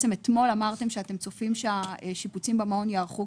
אתמול אמרתם שאתם צופים שהשיפוצים במעון יארכו